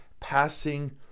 passing